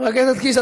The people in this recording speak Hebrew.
חבר הכנסת קיש,